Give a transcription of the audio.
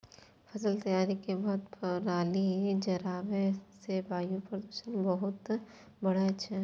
फसल तैयारी के बाद पराली जराबै सं वायु प्रदूषण बहुत बढ़ै छै